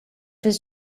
his